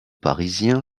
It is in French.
parisien